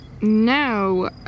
No